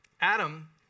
Adam